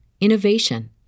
innovation